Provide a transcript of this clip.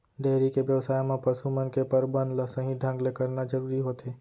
dairy के बेवसाय म पसु मन के परबंध ल सही ढंग ले करना जरूरी होथे